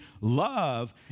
love